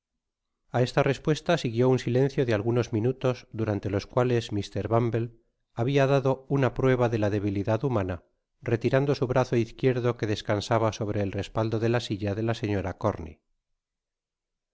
a esta respuesta siguió un silencio de algunos minutos durante los cuales mr bumble habia dado una prueba de la debüidad humana retirando su brazo izquierdo qué descansaba sobre el respaldo de la silla de la señora corney señora